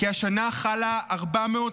כי השנה חלה עלייה של